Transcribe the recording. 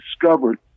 discovered